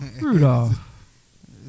Rudolph